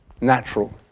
natural